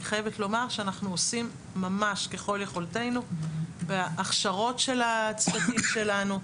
אני חייבת לומר שאנחנו עושים ממש ככל יכולתנו בהכשרות של הצוותים שלנו,